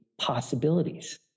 possibilities